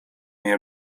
nie